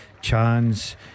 chance